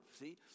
see